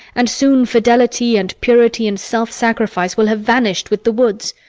and soon fidelity and purity and self-sacrifice will have vanished with the woods.